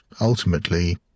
ultimately